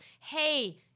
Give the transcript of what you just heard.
hey